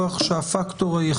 דורנר?